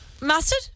Mustard